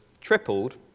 tripled